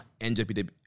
NJPW